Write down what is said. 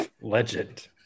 legend